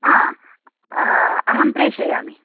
अहं प्रेषयामि